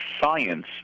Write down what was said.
science